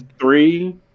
three